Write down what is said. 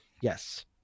Yes